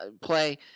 play –